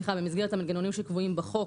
במסגרת המנגנונים שקבועים בחוק,